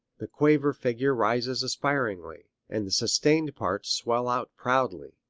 the quaver figure rises aspiringly, and the sustained parts swell out proudly.